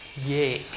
yay!